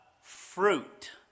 fruit